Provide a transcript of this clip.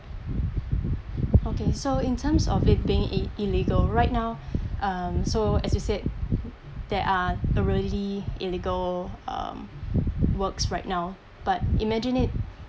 okay so in terms of it being it illegal right now um so as you said there are already illegal uh works right now but imagine it